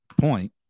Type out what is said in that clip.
point